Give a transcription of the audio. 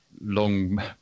long